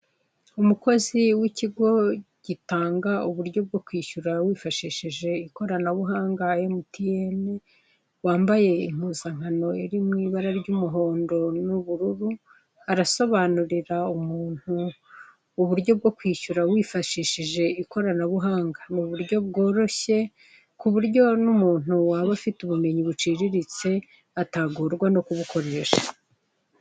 Umukozi w'ikigo gitanga uburyo bwo kwsihyura wifashishije ikoranabuhanga Emutiyeni wambaye impunzankano iri mu ibara ry'umuhondo n'ubururu arasobanurira umuntu uburyo bwo kwishyura wifashishije ikoranabuhanga mu buryo bworoshye ku buryo n'umuntu waba ufite ubumenyi buciriritse atagorwa no kubukoresha.